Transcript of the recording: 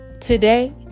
Today